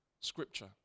Scripture